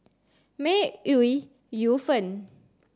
May Ooi Yu Fen